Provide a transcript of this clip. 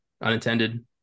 unintended